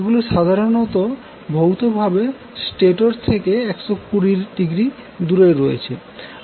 এগুলো সাধারণত ভৌত ভাবে স্টেটর থেকে 120০ দূরে রয়েছে